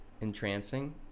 entrancing